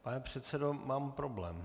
Pane předsedo, mám problém.